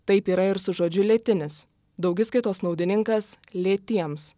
taip yra ir su žodžiu lietinis daugiskaitos naudininkas lėtiems